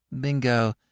Bingo